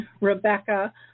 Rebecca